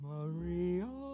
Maria